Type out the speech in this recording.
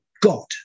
God